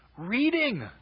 Reading